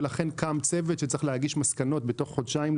ולכן קם צוות שצריך להגיש מסקנות בתוך חודשיים,